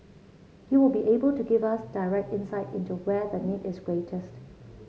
he will be able to give us direct insight into where the need is greatest